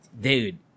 Dude